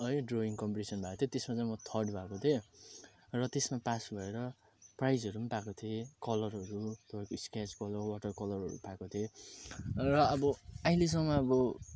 है drawing competition भएको थियो त्यसमा चाहिँ म थर्ड भएको थिएँ र त्यसमा पास भएर प्राइजहरू पनि पाएको थिएँ कलरहरू त्यो स्केच कलर वाटर कलरहरू पाएको थिएँ र अब अहिलेसम्म अब